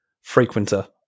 frequenter